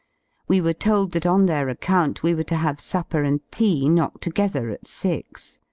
we were told that on their account we were to have supper and tea knocked together at six.